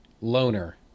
loner